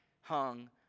hung